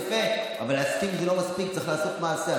יפה, אבל להסכים זה לא מספיק, צריך לעשות מעשה.